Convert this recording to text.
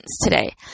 today